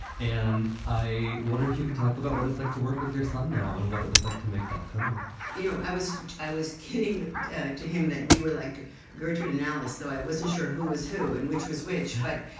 and i wonder if you could talk about what it's like to work with your son now and what it was like to make that film you know, i was i was kidding to him that we were like gertrude analysis, though i wasn't sure who was who and which was which. but,